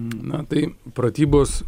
na tai pratybos